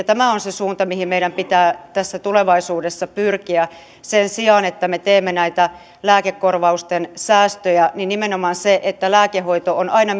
tämä on se suunta mihin meidän pitää tulevaisuudessa tässä pyrkiä sen sijaan että me teemme näitä lääkekorvausten säästöjä nimenomaan se että lääkehoito on aina